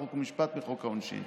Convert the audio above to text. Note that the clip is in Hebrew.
חוק ומשפט מחוק העונשין.